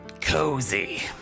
Cozy